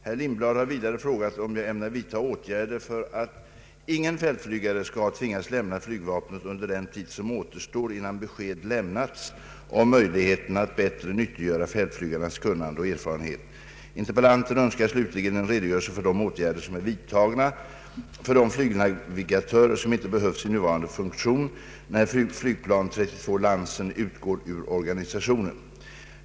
Herr Lindblad har vidare frågat om jag ämnar vidtaga åtgärder för att ingen fältflygare skall tvingas lämna flygvapnet under den tid som återstår innan besked lämnats om möjligheterna att bättre nyttiggöra fältflygarnas kunnande och erfarenhet. Interpellanten önskar slutligen en redogörelse för de åtgärder som är vidtagna för de flygnavigatörer som inte behövs i nuvarande funktion när flygplan 32 Lansen utgår ur organisationen.